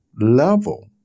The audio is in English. level